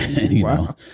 Wow